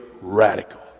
radical